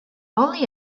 only